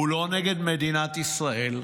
הוא לא נגד מדינת ישראל.